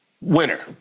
winner